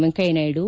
Venkaiah Naidu